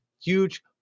huge